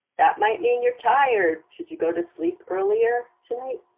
that might mean you're tired. should you go to sleep earlier tonight?